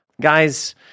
Guys